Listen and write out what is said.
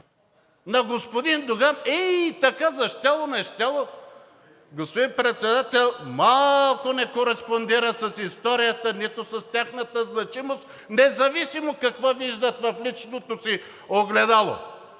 на господин Доган ей така за щяло и нещяло, господин Председател, малко не кореспондира с историята, нито с тяхната значимост, независимо какво виждат в личното си огледало.